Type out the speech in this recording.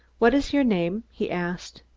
what is your name? he asked.